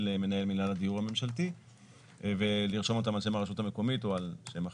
מנהל מינהל הדיור הממשלתי ולרשום אותם על שם הרשות המקומית או על שם אחר.